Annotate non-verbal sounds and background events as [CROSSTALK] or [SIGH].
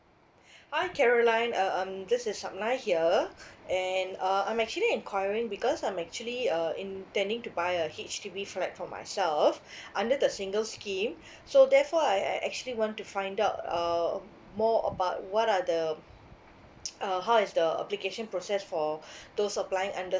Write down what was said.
hi caroline uh um this is supnai here and uh I'm actually enquiring because I'm actually uh intending to buy a H_D_B flat for myself under the single's scheme so therefore I I actually want to find out uh more about what are the [NOISE] uh how is the application process for those applying under